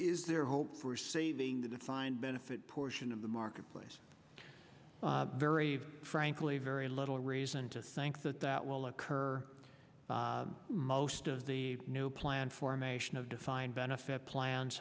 is there hope for saving the defined benefit portion of the marketplace very frankly very little reason to think that that will occur most of the new plan formation of defined benefit plans